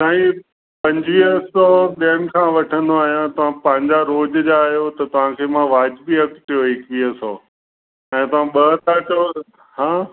साईं पंजुवीह सौ ॿेअनि खां वठंदो आहियां तव्हां पंहिंजा रोज जा आहियो त तव्हांखे मां वाजिबी अघु चयो एकवीह सौ हाणे तव्हां ॿ था चओ हा